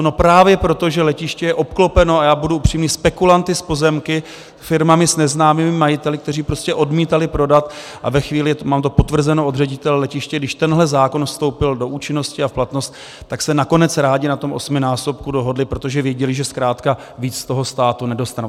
No právě proto, že letiště je obklopeno a já budu upřímný spekulanty s pozemky, firmami s neznámými majiteli, kteří prostě odmítali prodat, a ve chvíli, mám to potvrzeno od ředitele letiště, když tenhle zákon vstoupil do účinnosti a v platnost, tak se nakonec rádi na tom osminásobku dohodli, protože věděli, že zkrátka víc z toho státu nedostanou.